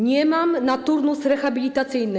Nie mam na turnus rehabilitacyjny.